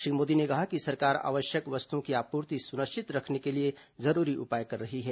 श्री मोदी ने कहा कि सरकार आवश्यक वस्तुओं की आपूर्ति सुनिश्चित रखने के लिए जरूरी उपाय कर रही है